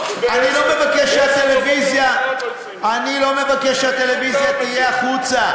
אני לא מבקש שהטלוויזיה תהיה החוצה,